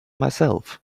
myself